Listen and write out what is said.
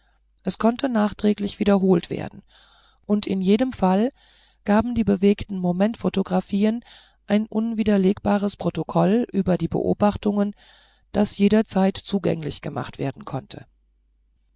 es konnte nachträglich wiederholt werden in jedem fall gaben die bewegten momentphotographien ein unwiderlegbares protokoll über die beobachtungen das jedermann zugänglich gemacht werden konnte